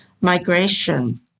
migration